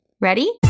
Ready